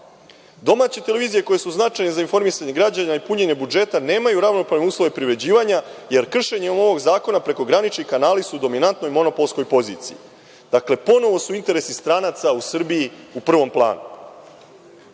spava. Domaće televizije koje su značajne za informisanje građana i punjenje budžeta nemaju ravnopravne uslove privređivanja, jer kršenjem ovog zakona prekogranični kanali su u dominantnoj monopolskoj poziciji. Dakle, ponovo su interesi stranaca u Srbiji u prvom planu.U